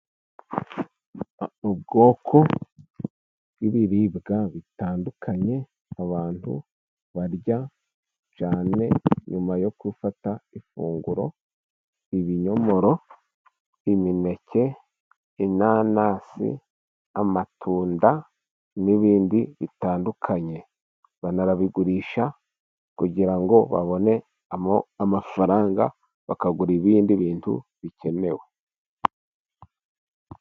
Ubwoko bw'ibiribwa bitandukanye, abantu barya cyane nyuma yo gufata ifunguro, ibinyomoro, imineke, inanasi, amatunda n'ibindi bitandukanye baranabigurisha kugira ngo babone amafaranga bakagura ibindi bintu bikenewe.